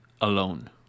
alone